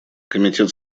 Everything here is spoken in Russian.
комитет